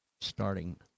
starting